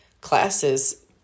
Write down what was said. classes